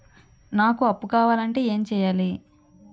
నాకు అప్పు కావాలి అంటే ఎం చేయాలి?